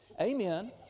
amen